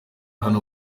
hano